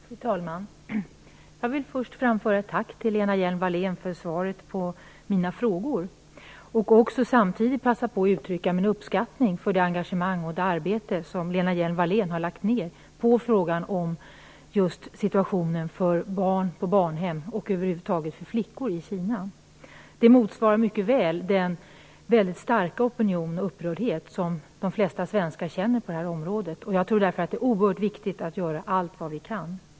Fru talman! Jag vill först framföra ett tack till Lena Hjelm-Wallén för svaret på mina frågor. Samtidigt vill jag passa på att uttrycka min uppskattning för det engagemang och det arbete som Lena Hjelm-Wallén har lagt ned på frågan om situationen för barn på barnhem och flickor över huvud taget i Kina. Det motsvarar mycket väl den starka opinion och upprördhet som de flesta svenskar känner inför det här. Jag tror därför det är oerhört viktigt att göra allt vad vi kan.